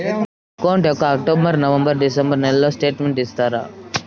నా అకౌంట్ యొక్క October, November, December నెలల స్టేట్మెంట్ ఇస్తారా?